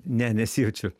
ne nesijaučiu